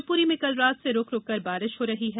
शिवपुरी में कल रात से रूक रूककर बारिष हो रही है